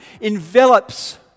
envelops